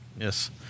Yes